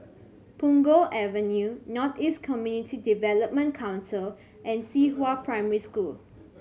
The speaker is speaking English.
Punggol Avenue North East Community Development Council and Cihua Primary School